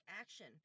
action